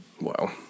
Wow